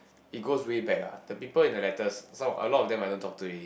it goes way back ah the people in the letters some a lot of them I don't talk to already